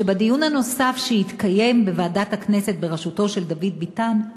שבדיון הנוסף שיתקיים בוועדת הכנסת בראשותו של דוד ביטן,